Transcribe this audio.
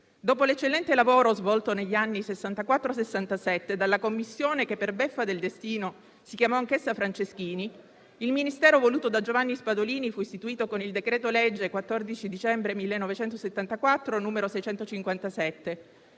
Dopo l'eccellente lavoro svolto negli anni 1964-1967 dalla Commissione che per beffa del destino si chiamò anch'essa Franceschini, il Ministero voluto da Giovanni Spadolini fu istituito con il decreto-legge 14 dicembre 1974, n. 657,